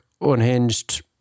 unhinged